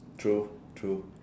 true true